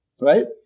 Right